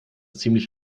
ziemlich